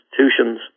institutions